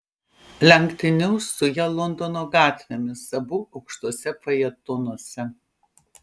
lenktyniaus su ja londono gatvėmis abu aukštuose fajetonuose